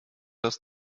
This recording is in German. das